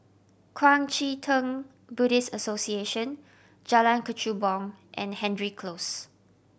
Kuang Chee Tng Buddhist Association Jalan Kechubong and Hendry Close